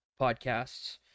podcasts